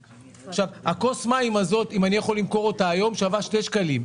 עכשיו הכוס מים הזאת אם אי יכול למכור אותה היום שווה 2 שקלים,